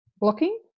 blocking